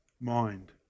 mind